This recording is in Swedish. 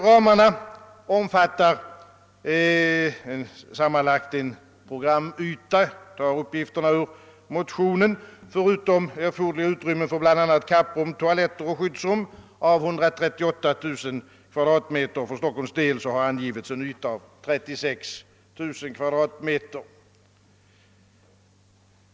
Ramarna omfattar enligt uppgifterna i motionen sammanlagt förutom erforderliga utrymmen för bl.a. kapprum, toaletter och skyddsrum en programyta om 138 000 kvm. För Stockholms del har angivits en yta av 36 000 kvm.